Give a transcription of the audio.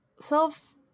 self